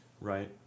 right